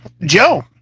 Joe